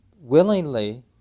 willingly